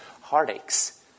heartaches